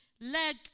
leg